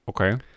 Okay